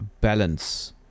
balance